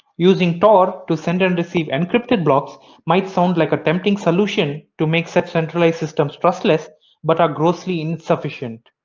using tor to send and receive encrypted blocks might sound like a tempting solution to make such centralized systems trustless but are grossly insufficient.